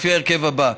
לפי הרכב זה.